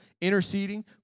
Interceding